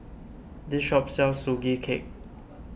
this shop sells Sugee Cake